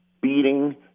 beating